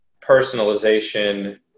personalization